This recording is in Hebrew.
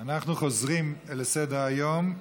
אנחנו חוזרים לסדר-היום,